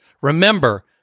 remember –